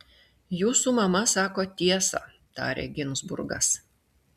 jūsų mama sako tiesą tarė ginzburgas